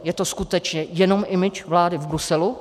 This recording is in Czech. Je to skutečně jenom image vlády v Bruselu?